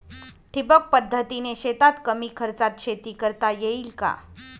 ठिबक पद्धतीने शेतात कमी खर्चात शेती करता येईल का?